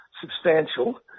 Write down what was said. substantial